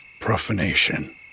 profanation